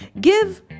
give